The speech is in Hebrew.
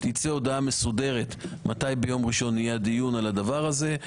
תצא הודעה מסודרת מתי ביום ראשון יתקיים הדיון על הדבר הזה.